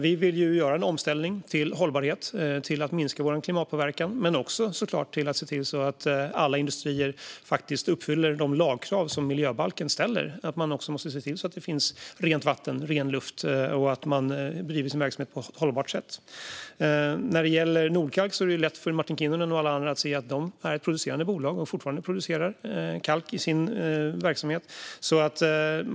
Vi vill ju göra en omställning till hållbarhet, till att minska vår klimatpåverkan, men också, såklart, till att se till att alla industrier faktiskt uppfyller de lagkrav som miljöbalken ställer. Man måste också se till att det finns rent vatten och ren luft och att man driver sin verksamhet på ett hållbart sätt. När det gäller Nordkalk är det lätt för Martin Kinnunen och alla andra att se att det är ett producerande bolag. De producerar fortfarande kalk i sin verksamhet.